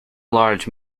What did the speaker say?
large